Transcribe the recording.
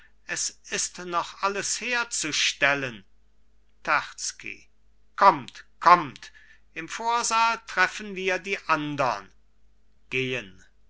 es ist noch alles herzustellen terzky kommt kommt im vorsaal treffen wir die andern gehen